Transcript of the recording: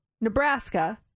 Nebraska